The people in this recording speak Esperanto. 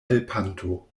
helpanto